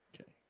Okay